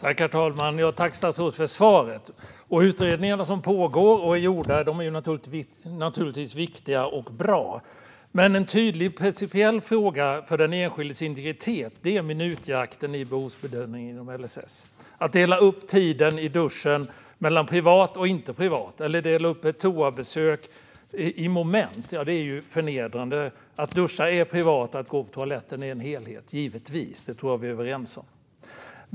Herr talman! Tack, statsrådet, för svaret! De utredningar som pågår och är gjorda är naturligtvis viktiga och bra. Men en tydlig och principiell fråga för den enskildes integritet gäller minutjakten i behovsbedömningen inom LSS. Det är förnedrande att dela upp tiden i duschen mellan privat och inte privat eller att dela upp ett toabesök i moment. Att duscha är privat, att gå på toaletten är givetvis en helhet. Det tror jag att vi är överens om.